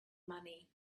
money